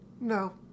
No